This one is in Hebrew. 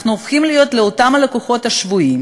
אנחנו הופכים להיות אותם לקוחות שבויים